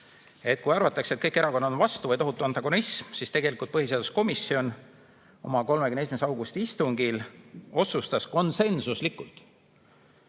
Kui arvatakse, et kõik erakonnad on vastu või on tohutu antagonism, siis tegelikult põhiseaduskomisjon oma 31. augusti istungil otsustas konsensuslikult